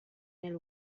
nel